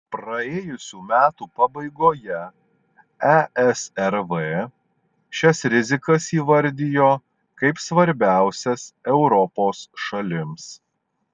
praėjusių metų pabaigoje esrv šias rizikas įvardijo kaip svarbiausias europos šalims